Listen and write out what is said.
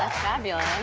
fabulous.